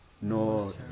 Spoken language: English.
no